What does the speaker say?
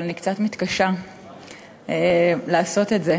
אבל אני קצת מתקשה לעשות את זה